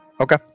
Okay